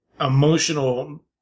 emotional